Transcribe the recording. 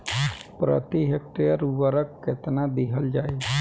प्रति हेक्टेयर उर्वरक केतना दिहल जाई?